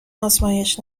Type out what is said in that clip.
آزمایش